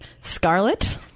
Scarlet